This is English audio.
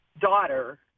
daughter